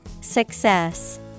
Success